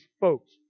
folks